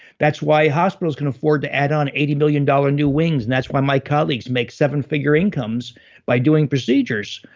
that's why hospitals can afford to add on eighty million dollar new wings and that's why my colleagues make seven-figure incomes by doing procedures.